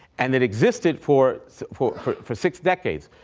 and it existed for for for six decades.